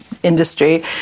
Industry